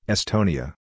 Estonia